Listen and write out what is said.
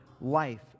life